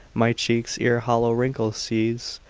my cheeks ere hollow wrinkles seize.